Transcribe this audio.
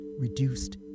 reduced